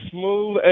Smooth